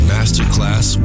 Masterclass